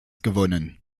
gewonnen